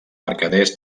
mercaders